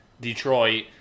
Detroit